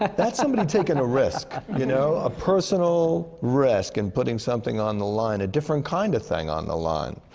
that's somebody taking a risk. you know? a personal risk in putting something on the line. a different kind of thing on the line.